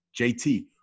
JT